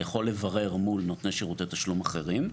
יכול לברר מול נותני שירותי תשלום אחרים,